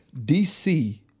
DC